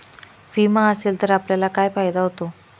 विमा असेल तर आपल्याला काय फायदा होतो?